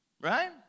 Right